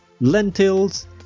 lentils